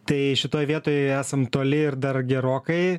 tai šitoj vietoj esam toli ir dar gerokai